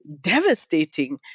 devastating